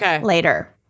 later